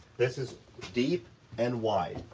this is deep and wide,